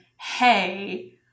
hey